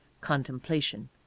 contemplation